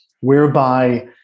whereby